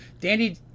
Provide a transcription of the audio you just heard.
Dandy